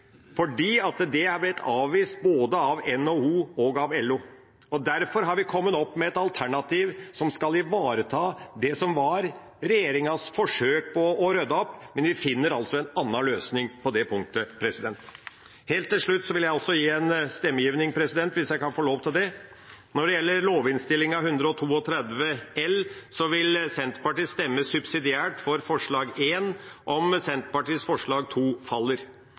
fordi det er blitt avvist både av NHO og av LO. Derfor har vi kommet opp med et alternativ som skal ivareta det som var regjeringas forsøk på å rydde opp. Vi finner altså en annen løsning på det punktet. Helt til slutt vil jeg gi en stemmeforklaring, hvis jeg kan få lov til det. Når det gjelder Innst. 132 L, vil Senterpartiet stemme subsidiært for forslag nr. 1, om Senterpartiet og Sosialistisk Venstrepartis forslag, nr. 2, faller.